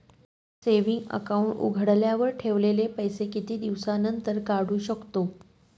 Saving account उघडल्यावर ठेवलेले पैसे किती दिवसानंतर काढू शकतो?